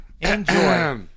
Enjoy